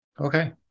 Okay